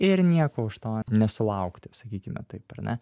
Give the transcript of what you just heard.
ir nieko už to nesulaukti sakykime taip ar ne